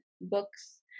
books